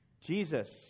Jesus